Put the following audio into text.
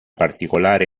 particolare